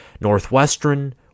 Northwestern